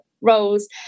roles